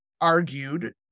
argued